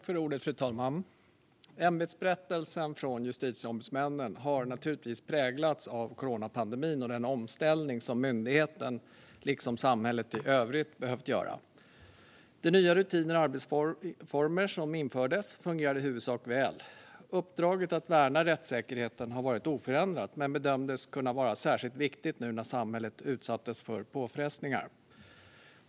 Fru talman! Ämbetsberättelsen från justitieombudsmännen har naturligtvis präglats av coronapandemin och den omställning som myndigheten liksom samhället i övrigt behövt göra. De nya rutiner och arbetsformer som infördes fungerade i huvudsak väl. Uppdraget att värna rättssäkerheten har varit oförändrat men bedömdes kunna vara särskilt viktigt nu när samhället utsattes för påfrestningar.